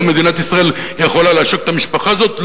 או מדינת ישראל יכולה לעשוק את המשפחה הזאת?